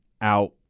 out